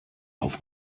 auf